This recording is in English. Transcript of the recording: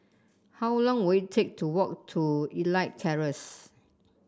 how long will it take to walk to Elite Terrace